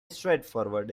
straightforward